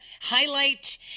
highlight